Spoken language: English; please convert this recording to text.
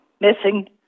Missing